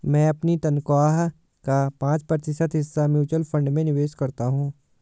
मैं अपनी तनख्वाह का पाँच प्रतिशत हिस्सा म्यूचुअल फंड में निवेश करता हूँ